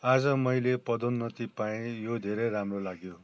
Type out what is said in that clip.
आज मैले पदोन्नति पाएँ यो धेरै राम्रो लाग्यो